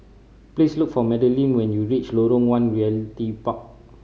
please look for Madeline when you reach Lorong One Realty Park